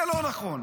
זה לא נכון.